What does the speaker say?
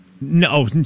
No